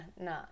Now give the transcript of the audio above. no